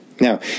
Now